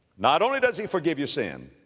not only does he forgive your sin,